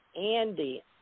Andy